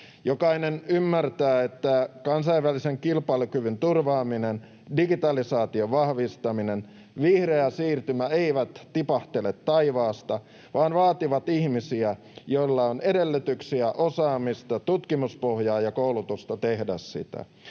Jokainen ymmärtää, että kansainvälisen kilpailukyvyn turvaaminen, digitalisaation vahvistaminen, vihreä siirtymä eivät tipahtele taivaasta, vaan vaativat ihmisiä, joilla on edellytyksiä, osaamista, tutkimuspohjaa ja koulutusta tehdä sitä.